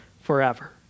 forever